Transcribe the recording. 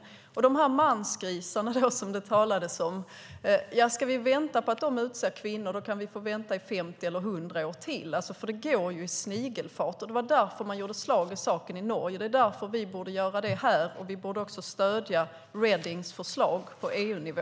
Ska vi vänta på att de här mansgrisarna, som det talades om, utser kvinnor kan vi få vänta i 50 eller 100 år till. Det går ju i snigelfart. Det var därför man gjorde slag i saken i Norge, och det är därför vi borde göra det här. Vi borde också stödja Redings förslag på EU-nivå.